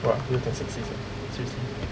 !wah! 有点 sexist eh seriously